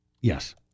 Yes